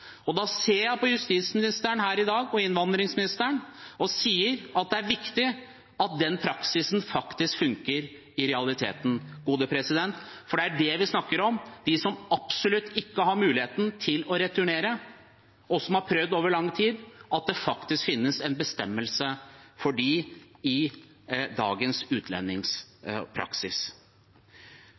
arbeid. Da ser jeg på justis- og innvandringsministeren her i dag og sier at det er viktig at den praksisen faktisk funker i realiteten. For det er det vi snakker om, at det faktisk finnes en bestemmelse i dagens utlendingspraksis for dem som absolutt ikke har mulighet til å returnere, og som har prøvd over lang tid. Det